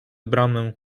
bramę